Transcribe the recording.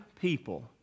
people